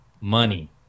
money